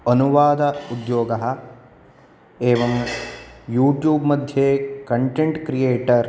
अनुवाद उद्योगः एवं यूट्य़ूब् मध्ये कण्टेण्ट् क्रियेटर्